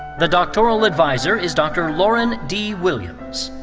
the doctoral adviser is dr. loren d. williams.